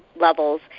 levels